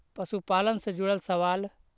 पशुपालन से जुड़ल सवाल?